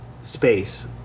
space